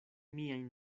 miajn